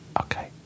Okay